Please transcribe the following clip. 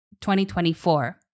2024